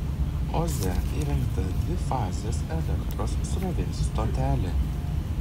oze įrengta dvifazės elektros srovės stotelė